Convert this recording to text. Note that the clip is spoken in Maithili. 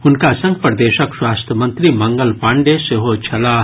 हुनका संग प्रदेशक स्वास्थ्य मंत्री मंगल पांडेय सेहो छलाह